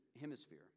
Hemisphere